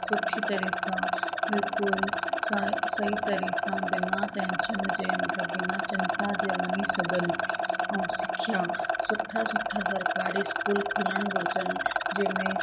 सुठी तरह सां बिल्कुलु साइ सही तरह सां बिना टेंशन जे मतिलबु बिना चिंता जे वञी सघनि ऐं सिखिया सुठा सुठा सरकारी स्कूल खुलणु घुरिजनि जंहिंमें